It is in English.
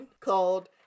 called